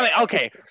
okay